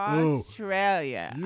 Australia